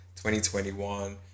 2021